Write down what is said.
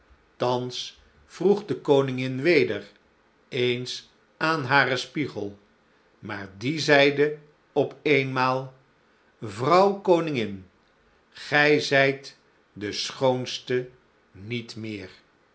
thans vroeg de koningin weder eens aan haren spiegel maar die zeide op eenmaal vrouw koningin gij zijt de schoonste niet meer